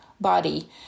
body